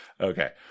Okay